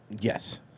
Yes